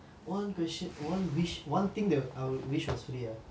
one question one wish one thing that I would wish was free ah